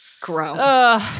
Grown